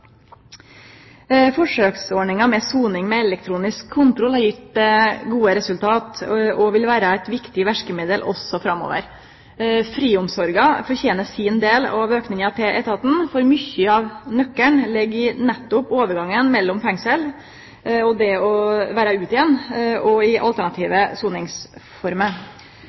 Forsøksordninga med soning med elektronisk kontroll har gitt gode resultat, og vil vere eit viktig verkemiddel også framover. Friomsorgen fortener sin del av auken til etaten, fordi noko av nøkkelen ligger nettopp i overgangen mellom fengsel og det å vere ute igjen, og i alternative soningsformer.